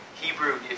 Hebrew